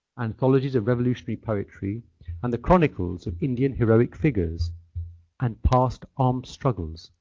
anthologies of revolutionary poetry and the chronicles of indian heroic figures and past armed struggles,